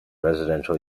residential